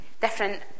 different